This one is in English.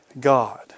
God